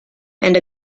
and